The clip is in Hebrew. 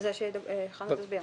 חנה תסביר.